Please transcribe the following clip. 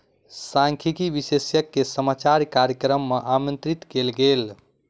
सांख्यिकी विशेषज्ञ के समाचार कार्यक्रम मे आमंत्रित कयल गेल